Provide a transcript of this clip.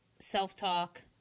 self-talk